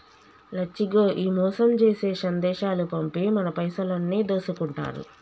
లచ్చిగో ఈ మోసం జేసే సందేశాలు పంపి మన పైసలన్నీ దోసుకుంటారు